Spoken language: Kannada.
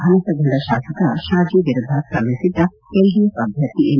ಅನರ್ಹಗೊಂಡ ಶಾಸಕ ಶಾಜಿ ವಿರುದ್ದ ಸ್ಪರ್ಧಿಸಿದ್ದ ಎಲ್ಡಿಎಫ್ ಅಭ್ಯರ್ಥಿ ಎಂ